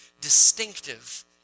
distinctive